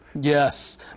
Yes